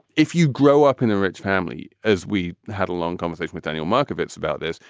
if you grow up in a rich family, as we had a long conversation with daniel markovits about this,